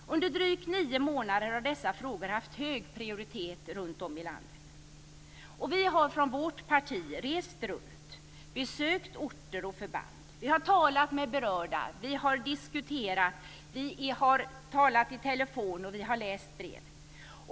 Under drygt nio månader har dessa frågor haft hög prioritet runtom i landet. Vi har från vårt parti rest runt och besökt orter och förband. Vi har talat med berörda. Vi har diskuterat. Vi har talat i telefon, och vi har läst brev.